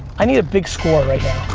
i need a big score right